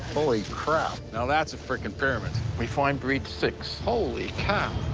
holy crap! now that's a frickin' pyramid. we find breach six. holy cow.